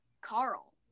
Carl